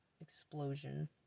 explosion